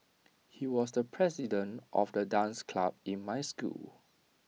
he was the president of the dance club in my school